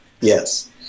yes